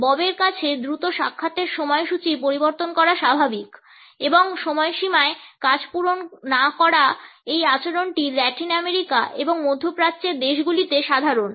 ববের কাছে দ্রুত সাক্ষাতের সময়সূচী পরিবর্তন করা স্বাভাবিক এবং সময়সীমায় কাজ পূরণ না করা এই আচরণ ল্যাটিন আমেরিকা এবং মধ্যপ্রাচ্যের দেশগুলিতে সাধারণ